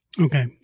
Okay